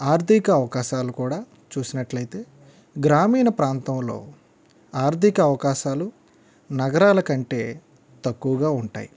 ఆర్థిక అవకాశాలు కూడా చూసినట్లయితే గ్రామీణ ప్రాంతంలో ఆర్ధిక అవకాశాలు నగరాలకంటే తక్కువగా ఉంటాయి